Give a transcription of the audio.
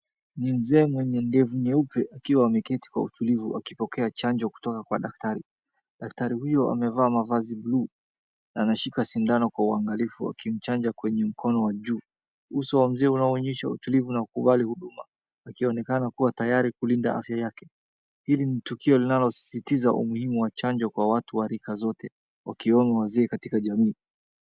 Ni mzee mwenye ndevu nyeupe akiwa ameketi kwa utulivu akipokea chanjo kutoka kwa daktari. Daktari huyo amevaa mavazi blue na anashika sindano kwa uangalifu akimchanja kwenye mkono wa juu. Uso wa mzee unaonyesha utulivu na kukubali huduma ,akionekana kuwa tayari kulinda afya yake. Hili ni tukio linalosisitiza umuhimu wa chanjo kwa watu wa rika zote, wakiwemo wazee katika jamii.